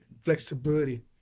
flexibility